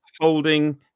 holding